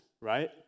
right